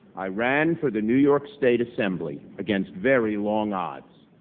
i ran for the new york state assembly, against very long odds,